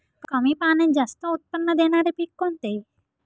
कमी पाण्यात जास्त उत्त्पन्न देणारे पीक कोणते?